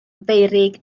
feurig